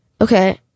Okay